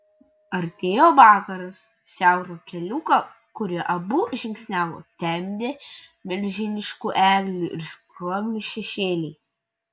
artėjo vakaras siaurą keliuką kuriuo abu žingsniavo temdė milžiniškų eglių ir skroblų šešėliai